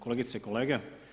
Kolegice i kolege.